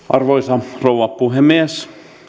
arvoisa rouva puhemies